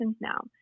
now